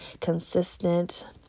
consistent